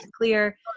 clear